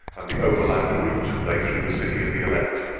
and the overland route lay through the city of the elect.